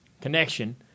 connection